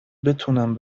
بتونم